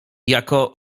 jako